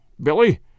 Billy